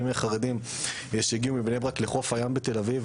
חרדים שהגיעו מבני ברק לחוף הים בתל אביב,